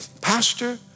pastor